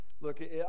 Look